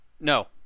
No